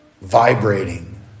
vibrating